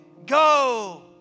Go